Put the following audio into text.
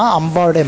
ambal